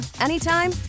anytime